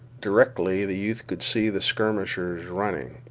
directly the youth could see the skirmishers running.